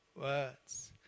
words